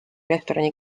restorani